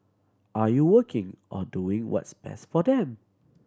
are you working on doing what's best for them